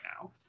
now